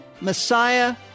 Messiah